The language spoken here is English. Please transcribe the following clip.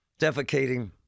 defecating